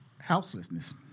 houselessness